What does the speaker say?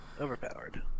Overpowered